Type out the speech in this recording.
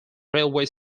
railway